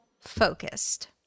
focused